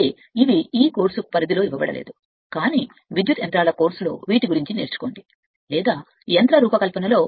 అయితే వీటికి ఈ కోర్సుకు పరిధి ఇవ్వబడుతుంది కానివిద్యుత్ యంత్రాల్లో నేర్చుకోండి లేదా యంత్ర రూపకల్పనలో